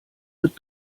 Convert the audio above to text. wird